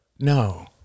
No